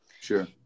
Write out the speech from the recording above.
sure